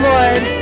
Lord